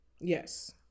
yes